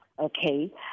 Okay